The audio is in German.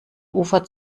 ufer